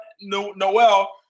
Noel